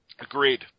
Agreed